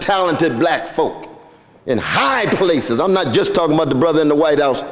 talented black folk in high places are not just talking about the brother in the white house